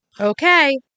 Okay